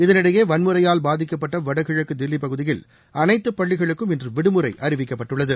இதனிடையே வன்முறையால் பாதிக்கப்பட்ட வடகிழக்கு தில்லி பகுதியில் அனைத்து பள்ளிகளுக்கும் இன்று விடுமுறை அறிவிக்கப்பட்டுள்ளது